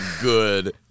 good